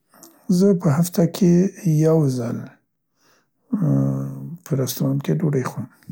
زه په هفته کې یو ځل، ا ا، په رستورانت کې ډوډۍ خورم.